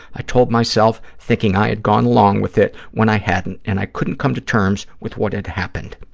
i told myself, thinking i had gone along with it when i hadn't and i couldn't come to terms with what had happened.